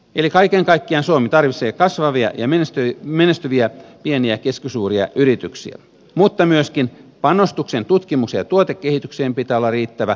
eli kaiken kaikkiaan suomi tarvitsee kasvavia ja menestyviä pieniä ja keskisuuria yrityksiä mutta myöskin panostuksen tutkimukseen ja tuotekehitykseen pitää olla riittävä